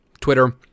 Twitter